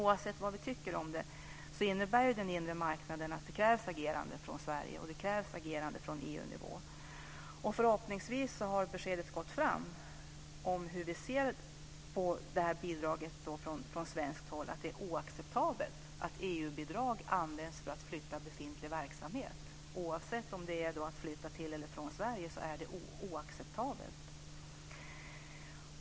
Oavsett vad vi tycker om det innebär den inre marknaden att det krävs agerande från Sverige och från EU-nivå. Förhoppningsvis har beskedet gått fram om hur vi från svenskt håll ser på bidraget. Det är oacceptabelt att EU-bidrag används för att flytta befintlig verksamhet. Oavsett om det gäller att flytta verksamhet till eller från Sverige är det oacceptabelt.